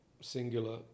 singular